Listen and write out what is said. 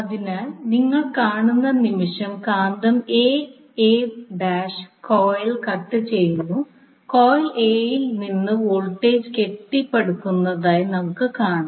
അതിനാൽ നിങ്ങൾ കാണുന്ന നിമിഷം കാന്തം കോയിൽ കട്ട് ചെയ്യുന്നു കോയിൽ A യിൽ വോൾട്ടേജ് കെട്ടിപ്പടുക്കുന്നതായി നമുക്ക് കാണാം